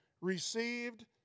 received